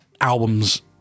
albums